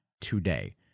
today